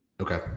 Okay